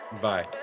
Bye